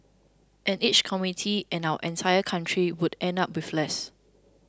and each community and our entire country would end up with less